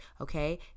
Okay